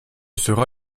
sera